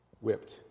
whipped